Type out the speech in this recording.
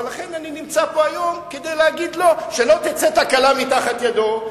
ולכן אני נמצא פה היום כדי להגיד לו שלא תצא תקלה מתחת ידו.